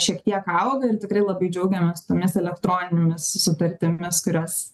šiek tiek auga ir tikrai labai džiaugiamės tomis elektroninėmis sutartimis kurios